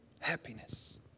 happiness